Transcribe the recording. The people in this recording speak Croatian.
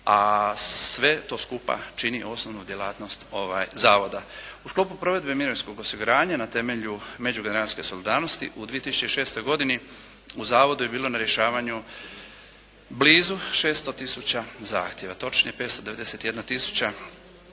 a sve to skupa čini osnovnu djelatnost zavoda. U sklopu provedbe mirovinskog osiguranja na temelju međugeneracijske solidarnosti u 2006. godini u zavodu je bilo na rješavanju blizu 600 tisuća zahtjeva, točnije 591 tisuća